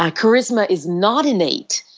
ah charisma is not innate,